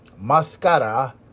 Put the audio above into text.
Mascara